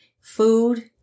food